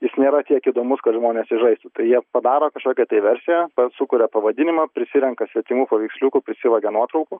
jis nėra tiek įdomus kad žmonės jį žaistų tai jie padaro kažkokią tai versiją sukuria pavadinimą prisirenka svetimų paveiksliukų prisivagia nuotraukų